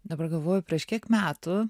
dabar galvoju prieš kiek metų